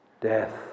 Death